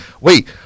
Wait